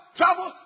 travel